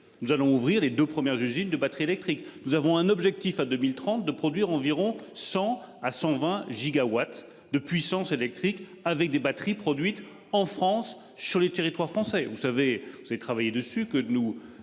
Nous allons ouvrir les deux premières usines de batteries électriques. Nous avons un objectif à 2030 de produire environ 100 à 120 gigawatts de puissance électrique avec des batteries produites en France sur les territoires français, vous savez, vous avez travaillé dessus que nous